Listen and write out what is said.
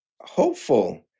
hopeful